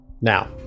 Now